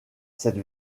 cette